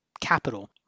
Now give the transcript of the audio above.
capital